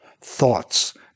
thoughts